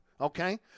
Okay